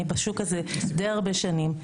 אני בשוק הזה די הרבה שנים.